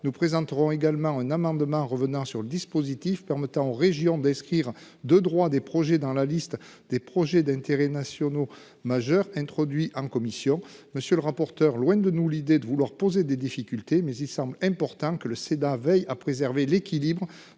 nous présenterons également un amendement revenant sur le dispositif permettant aux régions d'Esquire de droit des projets dans la liste des projets d'intérêts nationaux majeurs introduit en commission. Monsieur le rapporteur. Loin de nous l'idée de vouloir poser des difficultés, mais il semble important que le Sénat veillent à préserver l'équilibre